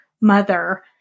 mother